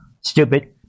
stupid